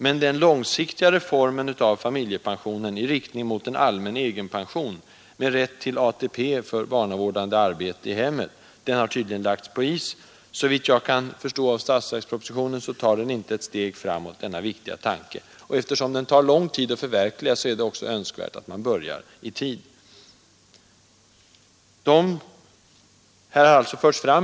Men den långsiktiga reformen av familjepensionen i riktning mot en allmän egen pension, med rätt till ATP för barnavårdande arbete i hemmet, har tydligen lagts på is. Såvitt jag förstår av statsverkspropositionen har inte denna viktiga tanke förts ett steg framåt. Eftersom den tar lång tid att förverkliga är det önskvärt att man börjar i tid.